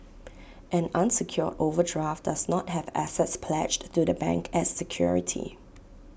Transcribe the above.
an unsecured overdraft does not have assets pledged to the bank as security